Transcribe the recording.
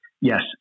yes